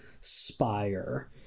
spire